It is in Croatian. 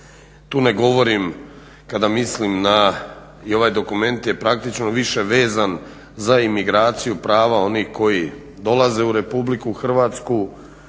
Tu ne govorim kada mislim na i ovaj dokument je praktično više vezan za imigraciju prava onih koji dolaze u RH i doista u